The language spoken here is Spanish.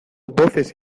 voces